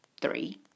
three